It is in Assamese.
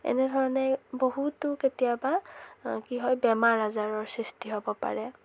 এনেধৰণে বহুতো কেতিয়াবা কি হয় বেমাৰ আজাৰৰ সৃষ্টি হ'ব পাৰে